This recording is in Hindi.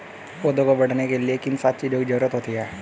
पौधों को बढ़ने के लिए किन सात चीजों की जरूरत होती है?